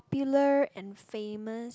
and famous